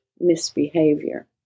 misbehavior